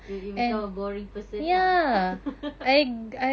you you become a boring person lah